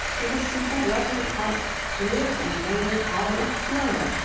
with a simple, reverent heart lived and labored albrecht durer,